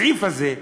הסעיף הזה,